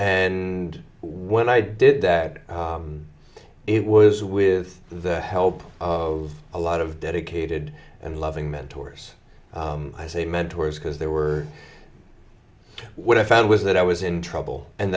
and when i did that it was with the help of a lot of dedicated and loving mentors i say mentors because they were what i found was that i was in trouble and